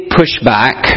pushback